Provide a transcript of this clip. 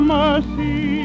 mercy